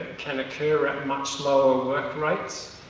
can occur at much lower work rates.